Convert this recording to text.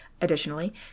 additionally